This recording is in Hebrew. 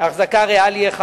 ריאלי אחד.